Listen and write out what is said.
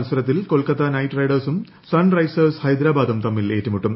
മ്ത്സരത്തിൽ Kolkata knight റൈഡേഴ്സും sunrisers ഹൈദ്രാബാദും തമ്മിൽ ഏറ്റുമുട്ടും